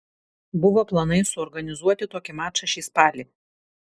buvo planai suorganizuoti tokį mačą šį spalį